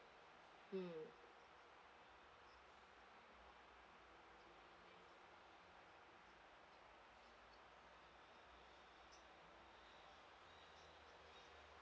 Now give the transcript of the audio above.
mm